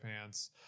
pants